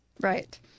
right